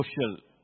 social